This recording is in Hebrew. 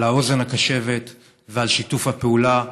על האוזן הקשבת ועל שיתוף הפעולה.